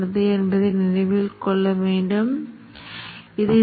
சில சிறிய வேறுபாடுகள் இருக்கலாம் அதைப் பொருட்படுத்த தேவையில்லை